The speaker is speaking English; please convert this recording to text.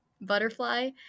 butterfly